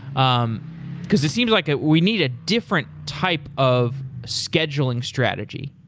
um because it seems like that we need a different type of scheduling strategy.